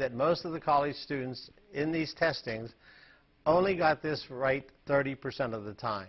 that most of the college students in these testings only got this right thirty percent of the time